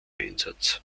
einsatz